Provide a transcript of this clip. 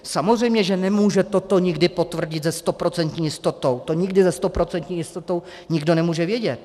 Samozřejmě že nemůže toto nikdy potvrdit se stoprocentní jistotou, to nikdy se stoprocentní jistotou nikdo nemůže vědět.